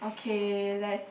okay let's